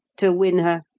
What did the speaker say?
to win her,